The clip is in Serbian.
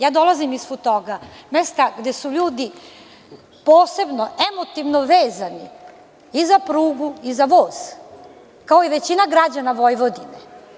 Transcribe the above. Ja dolazim iz Futoga, mesta gde su ljudi posebno emotivno vezani i za prugu i za voz, kao i većina građana Vojvodine.